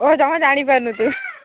ଓ ଯାହା ଜାଣିପାରୁନୁ ତୁ